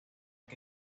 que